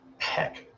Heck